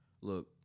look